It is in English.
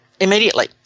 immediately